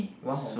!wow!